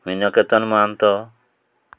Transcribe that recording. Minaketan Mahanta